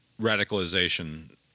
radicalization